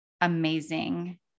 amazing